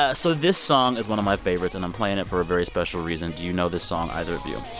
ah so this song is one of my favorites, and i'm playing it for a very special reason. do you know this song, either of you?